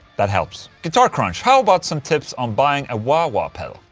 that helps guitarcrunch how about some tips on buying a wah-wah pedal?